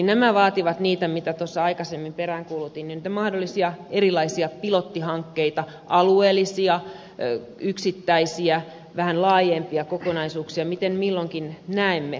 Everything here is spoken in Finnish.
nämä vaativat niitä mitä tuossa aikaisemmin peräänkuulutin mahdollisia erilaisia pilottihankkeita alueellisia yksittäisiä vähän laajempia kokonaisuuksia miten milloinkin näemme